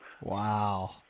Wow